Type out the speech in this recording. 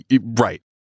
Right